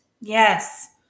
Yes